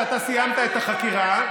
שאתה סיימת את החקירה,